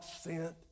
sent